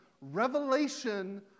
revelation